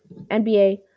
NBA